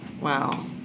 Wow